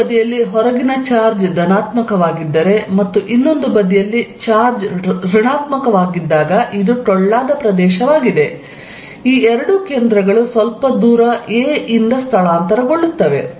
ಒಂದು ಬದಿಯಲ್ಲಿ ಹೊರಗಿನ ಚಾರ್ಜ್ ಧನಾತ್ಮಕವಾಗಿದ್ದರೆ ಮತ್ತು ಇನ್ನೊಂದು ಬದಿಯಲ್ಲಿ ಚಾರ್ಜ್ ಋಣಾತ್ಮಕವಾಗಿದ್ದಾಗ ಇದು ಟೊಳ್ಳಾದ ಪ್ರದೇಶವಾಗಿದೆ ಈ ಎರಡು ಕೇಂದ್ರಗಳು ಸ್ವಲ್ಪ ದೂರ a ದಿಂದ ಸ್ಥಳಾಂತರಗೊಳ್ಳುತ್ತವೆ